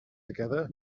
together